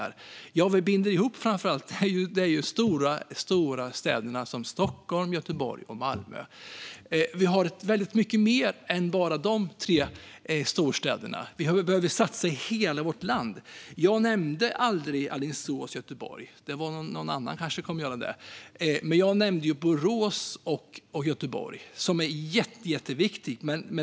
Vi skulle binda ihop framför allt de stora städerna, som Stockholm, Göteborg och Malmö, men vi har väldigt mycket mer än bara de tre storstäderna. Vi behöver satsa på hela vårt land. Jag nämnde aldrig Alingsås-Göteborg - någon annan kanske kommer att göra det - men jag nämnde Borås-Göteborg.